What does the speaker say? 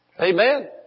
Amen